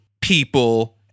people